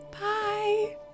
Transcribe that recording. Bye